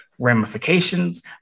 ramifications